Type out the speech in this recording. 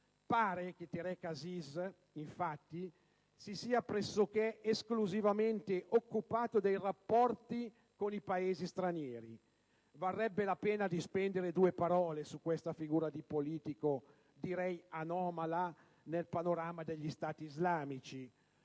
Pare che Tareq Aziz, infatti, si sia pressoché esclusivamente occupato dei rapporti con i Paesi stranieri. Varrebbe la pena di spendere due parole su questa figura di politico, direi anomala nel panorama degli Stati islamici.